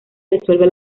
resuelve